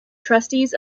trustees